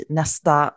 nästa